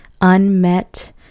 unmet